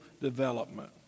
development